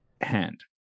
hand